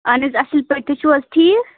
اہن حظ اصل پٲٹھۍ تُہۍ چھِو حظ ٹھیٖک